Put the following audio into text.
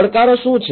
પડકારો શું છે